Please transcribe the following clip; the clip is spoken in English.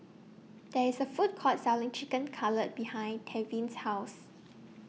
There IS A Food Court Selling Chicken Cutlet behind Tevin's House